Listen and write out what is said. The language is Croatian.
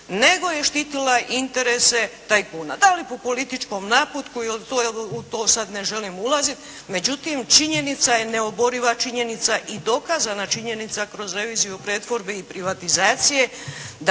nego je štitila interese tajkune, da li u političkom naputku u to sad ne želim ulaziti, međutim činjenica je, neoboriva činjenica i dokazana činjenica kroz reviziju pretvorbe i privatizacije